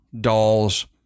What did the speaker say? dolls